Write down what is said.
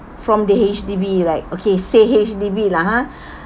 from the H_D_B right okay say H_D_B lah ha